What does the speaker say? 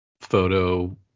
photo